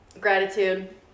gratitude